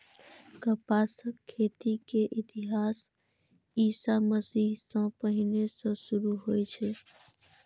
कपासक खेती के इतिहास ईशा मसीह सं पहिने सं शुरू होइ छै